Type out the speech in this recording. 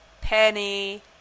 Penny